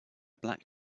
black